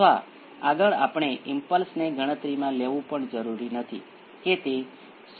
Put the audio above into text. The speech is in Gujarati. હવે કેટલાક ઉકેલ p 1 અને p 2 તરીકે તેના બે ઉકેલ છે કારણ કે તે બીજા ક્રમનું સમીકરણ છે